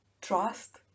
trust